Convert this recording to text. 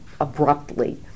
abruptly